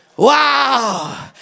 Wow